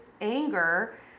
anger